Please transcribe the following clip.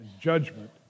judgment